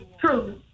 true